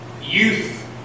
youth